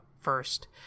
first